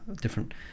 different